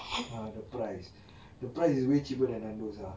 ah the price the price is way cheaper than nandos ah